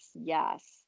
Yes